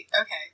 okay